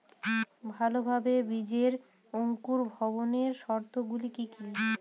ভালোভাবে বীজের অঙ্কুর ভবনের শর্ত গুলি কি কি?